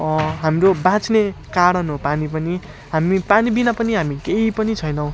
हाम्रो बाँच्ने कारण हो पानी पनि हामी पानीबिना पनि हामी केही पनि छैनौँ